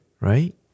Right